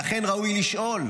ואכן’ ראוי לשאול: